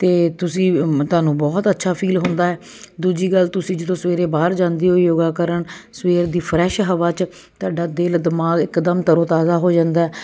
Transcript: ਅਤੇ ਤੁਸੀਂ ਤੁਹਾਨੂੰ ਬਹੁਤ ਅੱਛਾ ਫੀਲ ਹੁੰਦਾ ਦੂਜੀ ਗੱਲ ਤੁਸੀਂ ਜਦੋਂ ਸਵੇਰੇ ਬਾਹਰ ਜਾਂਦੇ ਹੋ ਯੋਗਾ ਕਰਨ ਸਵੇਰ ਦੀ ਫਰੈਸ਼ ਹਵਾ 'ਚ ਤੁਹਾਡਾ ਦਿਲ ਦਿਮਾਗ ਇਕਦਮ ਤਰੋ ਤਾਜ਼ਾ ਹੋ ਜਾਂਦਾ